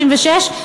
66,